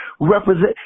Represent